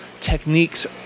techniques